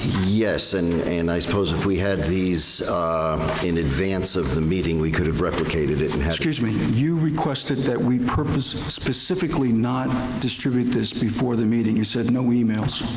yes, and and i suppose if we had these in advance of the meeting, we could have replicated it. and excuse me, you requested that we specifically not distribute this before the meeting, you said no emails.